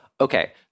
Okay